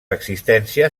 existència